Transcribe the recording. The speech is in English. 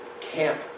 camp